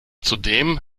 zudem